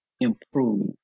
improve